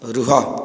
ରୁହ